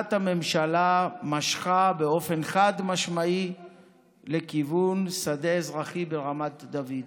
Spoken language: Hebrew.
עמדת הממשלה משכה באופן חד-משמעי לכיוון שדה אזרחי ברמת דוד.